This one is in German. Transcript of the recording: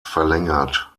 verlängert